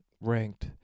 ranked